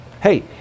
Hey